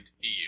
eu